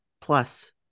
plus